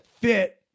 fit